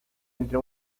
entre